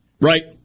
right